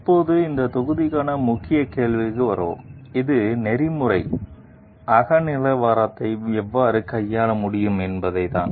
இப்போது இந்த தொகுதிக்கான முக்கிய கேள்விக்கு வருவோம் இது நெறிமுறை அகநிலைவாதத்தைப் எவ்வாறு கையாள முடியும் என்பதுதான்